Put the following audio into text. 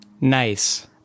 Nice